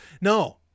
No